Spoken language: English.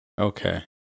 Okay